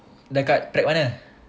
dah kat kat mana